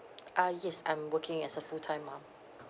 ah yes I'm working as a full timer